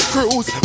Cruise